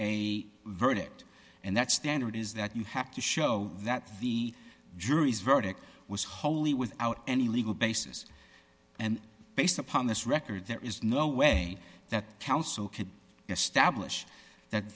a verdict and that standard is that you have to show that the jury's verdict was wholly without any legal basis and based upon this record there is no way that counsel could